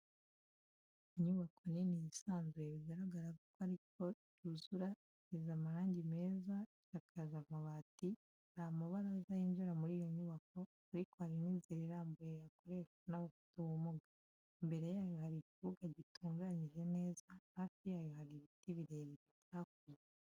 Inyubako nini yisanzuye bigaragara ko aribwo icyuzura, isize amarangi meza isakaje amabati, hari amabaraza yinjira muri iyo nyubako ariko hari n'inzira irambuye yakoreshwa n'abafite ubumuga, imbere yayo hari ikibuga gitunganyije neza hafi yayo hari ibiti birebire byakuze.